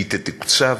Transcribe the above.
ותתוקצב.